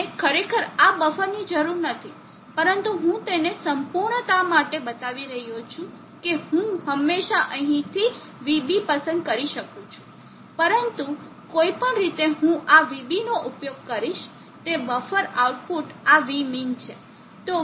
મને ખરેખર આ બફરની જરૂર નથી પરંતુ હું તેને સંપૂર્ણતા માટે બતાવી રહ્યો છું કે હું હંમેશાં અહીંથી vB પસંદ કરી શકું છું પરંતુ કોઈપણ રીતે હું આ vB નો ઉપયોગ કરીશ તે બફરનું આઉટપુટ આ vmin છે